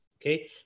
okay